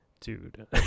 dude